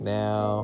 now